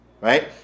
right